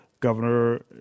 Governor